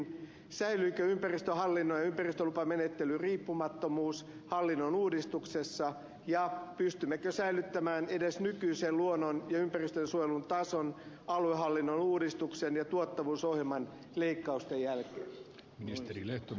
säilyykö ympäristöhallinnon ja ympäristölupamenettelyn riippumattomuus hallinnonuudistuksessa ja pystymmekö säilyttämään edes nykyisen luonnon ja ympäristönsuojelun tason aluehallinnon uudistuksen ja tuottavuusohjelman leikkausten jälkeen